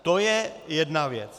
To je jedna věc.